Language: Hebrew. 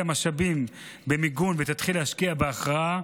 משאבים במיגון ותתחיל להשקיע בהכרעה,